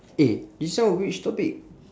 eh this one which topic